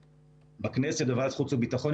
בכנסת, בוועדת חוץ וביטחון.